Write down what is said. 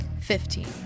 Fifteen